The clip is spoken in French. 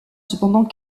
cependant